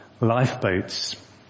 lifeboats